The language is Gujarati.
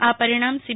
આ પરિણામ સી